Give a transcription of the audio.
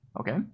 okay